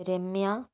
Ramya